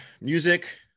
music